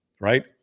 right